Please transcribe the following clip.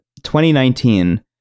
2019